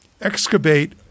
excavate